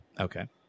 Okay